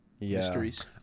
mysteries